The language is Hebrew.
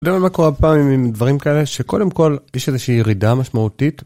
לי קורה הרבה פעמים עם דברים כאלה שקודם כל יש איזושהי ירידה משמעותית